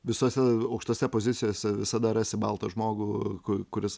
visose aukštose pozicijose visada rasi baltą žmogų kuris